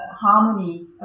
harmony